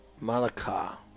Malacca